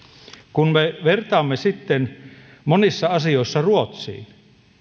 kun me vertaamme sitten monissa asioissa ruotsiin